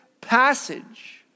passage